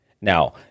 Now